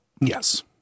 Yes